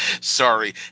Sorry